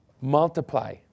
multiply